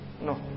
No